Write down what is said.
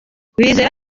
wizera